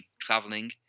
traveling